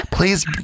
Please